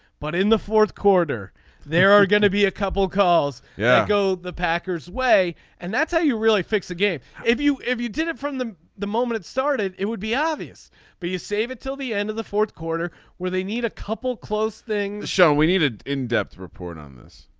but in the fourth quarter there are going to be a couple of calls. yeah. go the packers way and that's how you really fix a game. if you if you did it from the the moment it started it would be obvious but you save it till the end of the fourth quarter where they need a couple close thing. so we needed in-depth report on this.